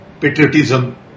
patriotism